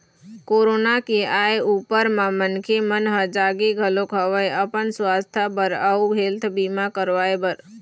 corona के आय ऊपर म मनखे मन ह जागे घलोक हवय अपन सुवास्थ बर अउ हेल्थ बीमा करवाय बर